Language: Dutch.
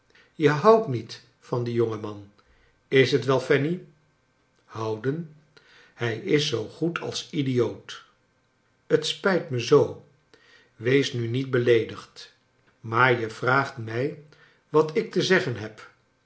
je houdt niet van dien jongen man is t wel fanny houden hij is zoo goed als idioct het spijt mij zoo wees nu niet beleedigd maar je vraagt mij wat ik te zeggen heb